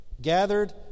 gathered